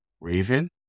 Raven